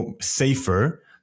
safer